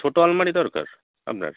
ছোটো আলমারি দরকার আপনার